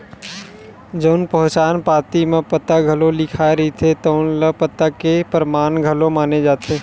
जउन पहचान पाती म पता घलो लिखाए रहिथे तउन ल पता के परमान घलो माने जाथे